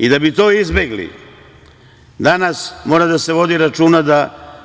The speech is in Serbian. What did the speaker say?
I da bi to izbegli, danas mora da se vodi računa, da